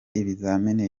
ibizamini